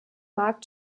markt